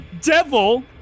Devil